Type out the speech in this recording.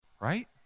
right